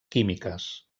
químiques